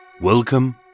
Welcome